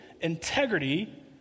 integrity